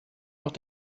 noch